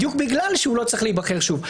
בדיוק בגלל שהוא לא צריך להיבחר שוב.